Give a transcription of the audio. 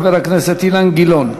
חבר הכנסת אילן גילאון.